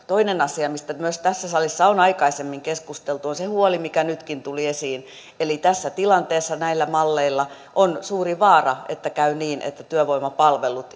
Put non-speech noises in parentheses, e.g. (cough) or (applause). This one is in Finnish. toinen asia mistä myös tässä salissa on aikaisemmin keskusteltu on se huoli mikä nytkin tuli esiin eli tässä tilanteessa näillä malleilla on suuri vaara että käy niin että työvoimapalvelut (unintelligible)